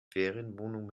ferienwohnung